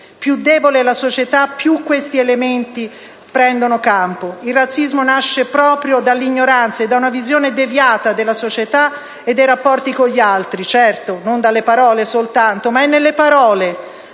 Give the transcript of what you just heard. più debole è la società, più questi elementi prendono campo. Il razzismo nasce proprio dall'ignoranza e da una visione deviata della società e dei rapporti con gli altri. Certo, non dalle parole soltanto, ma è nelle parole,